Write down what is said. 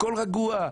הכול רגוע.